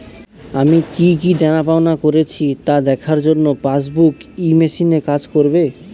আমি কি কি দেনাপাওনা করেছি তা দেখার জন্য পাসবুক ই মেশিন কাজ করবে?